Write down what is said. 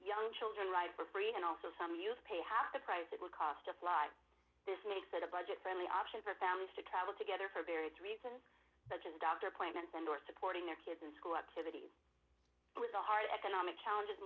young children live for free and also some you pay half the price it will cost to fly this makes it a budget friendly option for families to travel together for various reasons such as doctor appointments and or supporting their kids in school activities with the hard economic challenges